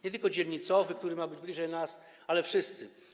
Nie tylko dzielnicowy, który ma być bliżej nas, ale wszyscy.